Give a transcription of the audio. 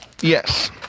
Yes